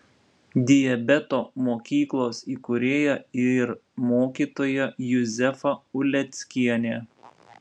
diabeto mokyklos įkūrėja ir mokytoja juzefa uleckienė